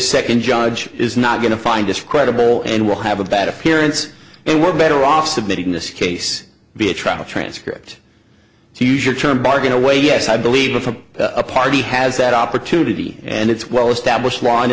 second judge is not going to find us credible and we'll have a bad appearance and we're better off submitting this case be a trial transcript to use your term bargain away yes i believe that from a party has that opportunity and it's well established